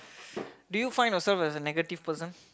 do you find yourself as a negative person